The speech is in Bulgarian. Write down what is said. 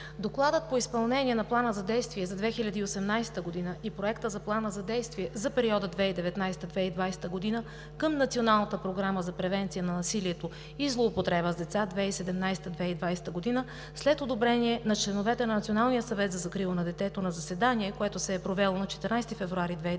Докладът по изпълнение на плана за действие за 2018 г. и Проектът за план за действие за периода 2019 – 2020 г. към Националната програма за превенция на насилието и злоупотреба с деца 2017 – 2020 г., след одобрение от членовете на Националния съвет за закрила на детето на заседание, провело се на 14 февруари 2019